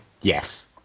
Yes